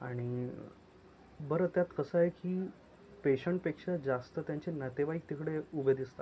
आणि बरं त्यात कसं आहे की पेशंटपेक्षा जास्त त्यांचे नातेवाईक तिकडे उभे दिसतात